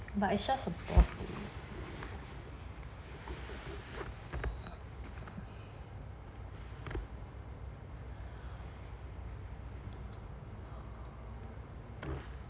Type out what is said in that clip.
but it's just a birthday